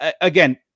again